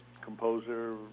composer